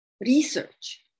research